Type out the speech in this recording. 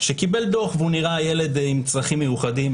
שקיבל דוח, והוא נראה ילד עם צרכים מיוחדים.